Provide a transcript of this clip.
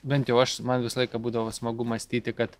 bent jau aš man visą laiką būdavo smagu mąstyti kad